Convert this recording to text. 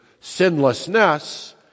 sinlessness